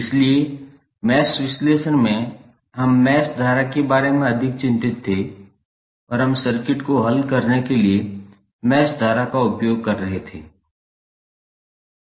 इसलिए मैश विश्लेषण में हम मैश धारा के बारे में अधिक चिंतित थे और हम सर्किट को हल करने के लिए मैश धारा का उपयोग कर रहे थे